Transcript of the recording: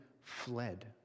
fled